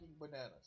bananas